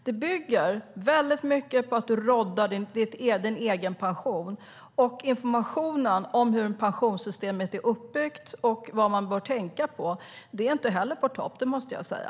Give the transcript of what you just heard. Det bygger mycket på att du råddar din egen pension. Informationen om hur pensionssystemet är uppbyggt och vad man bör tänka på är inte heller på topp, det måste jag säga.